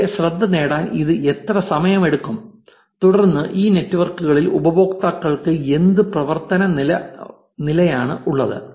അവരുടെ ശ്രദ്ധ നേടാൻ ഇത് എത്ര സമയമെടുക്കും തുടർന്ന് ഈ നെറ്റ്വർക്കുകളിൽ ഉപയോക്താക്കൾക്ക് എന്ത് പ്രവർത്തന നിലയാണ് ഉള്ളത്